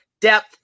depth